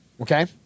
Okay